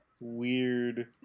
weird